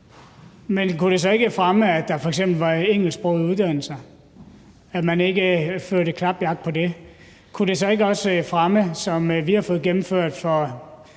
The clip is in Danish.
Men kunne det så ikke fremme det, at der f.eks. var engelsksprogede uddannelser, og at man ikke drev klapjagt på det? Kunne det, som vi har fået gennemført, og